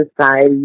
society